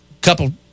couple